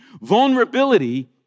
Vulnerability